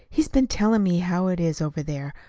he's been telling me how it is over there.